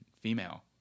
female